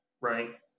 right